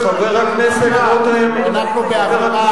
חבר הכנסת רותם, אנחנו באווירה